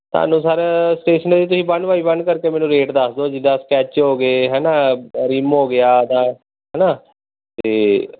ਸਾਨੂੰ sir stationery ਤੁਸੀਂ one by one ਕਰਕੇ ਮੈਨੂੰ ਰੇਟ ਦੱਸ ਦਿਉ ਜਿੱਦਾਂ ਸਕੈੱਚ ਹੋ ਗਏ ਹੈ ਨਾ ਰਿੰਮ ਹੋ ਗਿਆ ਇੱਦਾਂ ਹੈ ਨਾ ਅਤੇ